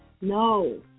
No